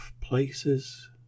places